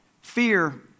fear